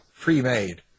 pre-made